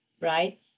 Right